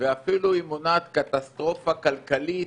ואפילו היא מונעת קטסטרופה כלכלית,